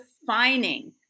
defining